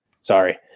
sorry